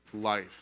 life